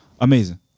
Amazing